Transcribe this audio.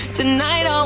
tonight